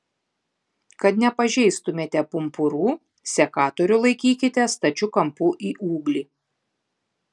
kad nepažeistumėte pumpurų sekatorių laikykite stačiu kampu į ūglį